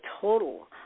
total